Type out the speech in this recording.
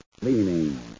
cleaning